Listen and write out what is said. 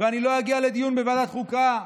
ואני לא אגיע לדיון בוועדת החוקה.